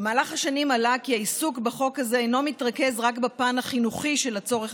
במהלך השנים עלה כי העיסוק בחוק אינו מתרכז רק בפן החינוכי של הצורך